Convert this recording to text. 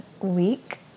week